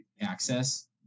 access